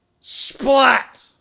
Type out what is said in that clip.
Splat